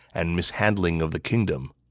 and mishandling of the kingdom.